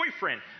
boyfriend